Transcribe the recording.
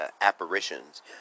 apparitions